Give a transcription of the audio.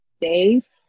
days